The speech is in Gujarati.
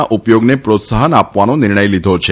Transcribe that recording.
ના ઉપોયગને પ્રોત્સાહન આપવાનો નિર્ણથ લીધો છે